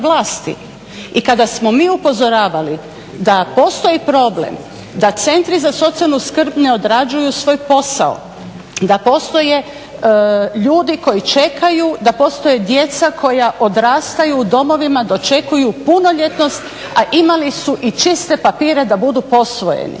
i kada smo mi upozoravali da postoji problem da centri za socijalnu skrb ne odrađuju svoj posao, da postoje ljudi koji čekaju, da postoje djeca koja odrastaju u domovina, dočekuju punoljetnost, a imali su i čiste papire da budu posvojeni.